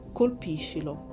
colpiscilo